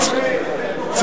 בזה כלום, אני לא יודע.